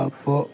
അപ്പോൾ